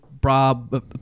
Bob